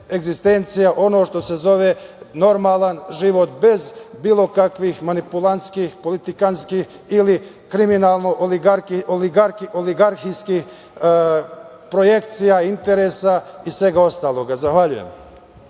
ono što se zove normalan život bez bilo kakvih manipulantskih, politikantskih ili kriminalno-oligarhijskih projekcija, interesa i svega ostalog. Zahvaljujem.